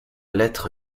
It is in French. lettre